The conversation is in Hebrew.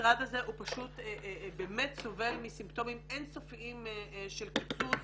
המשרד הזה הוא באמת סובל מסימפטומים אינסופיים של קיצוץ